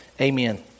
Amen